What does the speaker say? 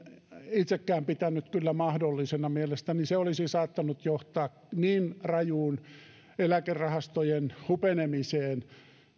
itsekään pitänyt kyllä mahdollisena mielestäni se olisi saattanut johtaa niin rajuun eläkerahastojen hupenemiseen